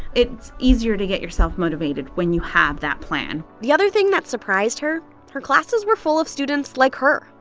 it's easier to get yourself motivated when you have that plan the other thing that surprised her her classes were full of students like her,